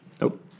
Nope